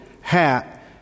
hat